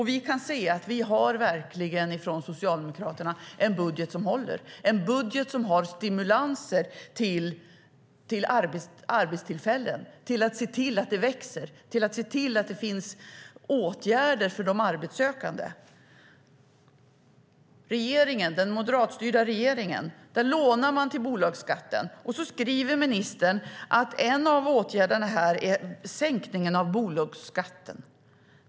Vi kan se att vi från Socialdemokraterna verkligen har en budget som håller, en budget som har stimulanser till arbetstillfällen, till att se till att det växer, till att se till att det finns åtgärder för de arbetssökande. Den moderatstyrda regeringen lånar till bolagsskatten, och så skriver ministern att en av åtgärderna är sänkningen av bolagsskatten.